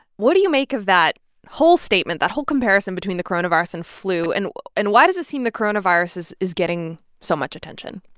what do you make of that whole statement, that whole comparison between the coronavirus and flu? and and why does it seem the coronavirus is is getting so much attention?